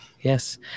Yes